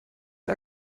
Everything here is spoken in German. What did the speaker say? der